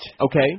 okay